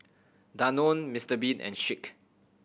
Danone Mister Bean and Schick